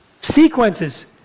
sequences